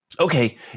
Okay